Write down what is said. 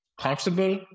comfortable